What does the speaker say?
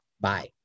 bye